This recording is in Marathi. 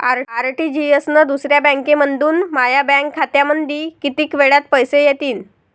आर.टी.जी.एस न दुसऱ्या बँकेमंधून माया बँक खात्यामंधी कितीक वेळातं पैसे येतीनं?